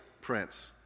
prince